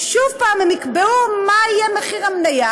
שוב הם יקבעו מה יהיה מחיר המניה.